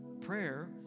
Prayer